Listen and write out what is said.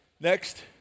Next